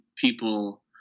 people